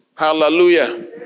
Hallelujah